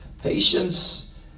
Patience